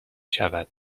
شود